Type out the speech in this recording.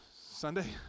Sunday